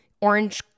orange